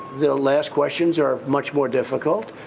the last questions are much more difficult.